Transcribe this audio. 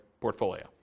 portfolio